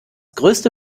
größte